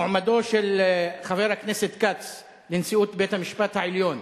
מועמדו של חבר הכנסת כץ לנשיאות בית-המשפט העליון,